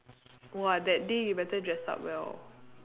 !wah! that day you better dress up well